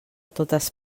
totes